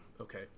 Okay